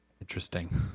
interesting